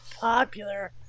popular